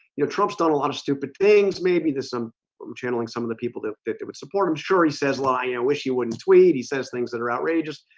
you know trump's done a lot of stupid things maybe there's some channeling some of the people that picked it would support. i'm sure he says long i wish you wouldn't tweet. he says things that are outrageous.